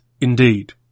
indeed